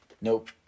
Nope